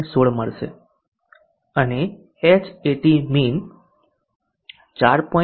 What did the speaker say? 16 મળશે અને Hatmin 4